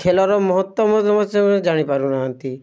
ଖେଲର ମହତ୍ଵ ମଧ୍ୟ ସେ ଜାଣିପାରୁନାହାନ୍ତି